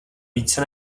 více